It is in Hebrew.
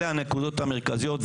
אלה הנקודות המרכזיות.